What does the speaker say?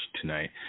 tonight